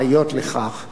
יש לסיים את הנושא,